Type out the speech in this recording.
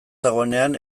dagoenean